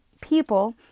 people